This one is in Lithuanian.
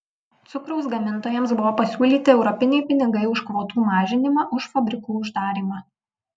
cukraus gamintojams buvo pasiūlyti europiniai pinigai už kvotų mažinimą už fabrikų uždarymą